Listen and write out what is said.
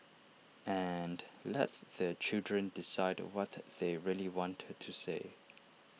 and let the children decide what they really want to say